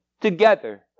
together